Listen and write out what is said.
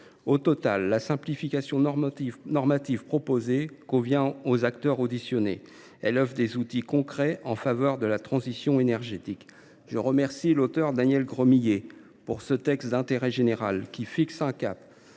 Au total, la simplification normative proposée convient aux acteurs auditionnés. Elle offre des outils concrets en faveur de la transition énergétique. Je remercie Daniel Gremillet pour ce texte d’intérêt général qui fixe un cap